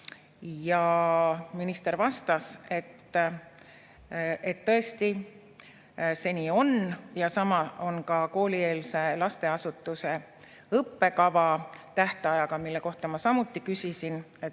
Minister vastas, et tõesti see nii on ja sama on ka koolieelse lasteasutuse õppekava tähtajaga, mille kohta ma samuti küsisin,